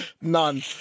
None